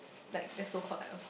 like the so called a